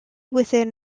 within